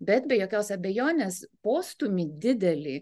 bet be jokios abejonės postūmį didelį